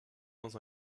dans